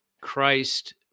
Christ